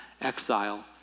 exile